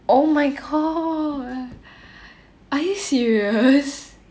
oh my god are you serious